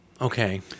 Okay